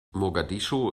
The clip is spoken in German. mogadischu